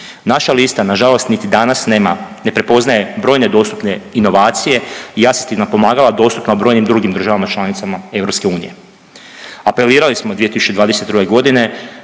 Naša lista nažalost niti danas nema, ne prepoznaje brojne dostupne inovacije i asistivna pomagala dostupna brojnim drugim državama članicama EU. Apelirali smo 2022. godine